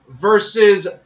versus